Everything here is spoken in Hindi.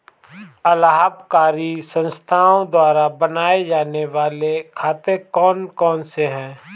अलाभकारी संस्थाओं द्वारा बनाए जाने वाले खाते कौन कौनसे हैं?